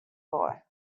boy